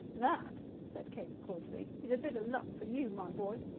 that, said keggs cordially, is a bit of luck for you, my boy.